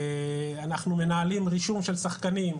אנחנו מנהלים רישום של שחקנים,